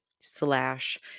slash